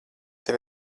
tev